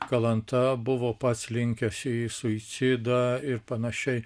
kalanta buvo pats linkęs į suicidą ir panašiai